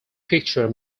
picture